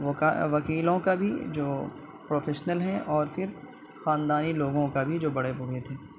وکیلوں کا بھی جو پروفیشنل ہیں اور پھر خاندانی لوگوں کا بھی جو بڑے بوڑھے تھے